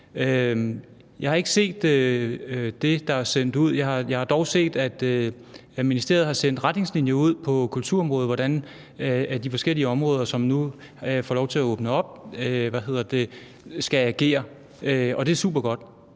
Jeg har ikke set det, der er sendt ud. Jeg har dog set, at ministeriet har sendt retningslinjer ud på kulturområdet for, hvordan de forskellige områder, som nu får lov til at åbne op, skal agere, og det er supergodt.